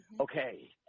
okay